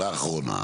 והאחרונה.